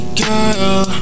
girl